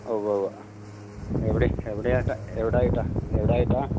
ഉവ്വ ഉവ്വ എവിടെ എവിടെ ആയിട്ടാണ് എവിടായിട്ടാണ് എവിടായിട്ടാണ്